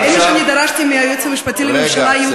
אמש דרשתי מהיועץ המשפטי לממשלה יהודה